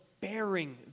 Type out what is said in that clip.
bearing